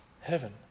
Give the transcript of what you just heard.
heaven